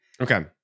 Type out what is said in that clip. Okay